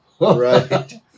Right